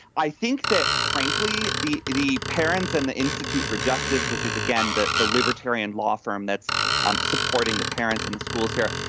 i think that, frankly, the the parents and the institute for justice, which is again, the the libertarian law firm that's um supporting the parents in the schools here,